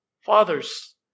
fathers